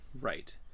Right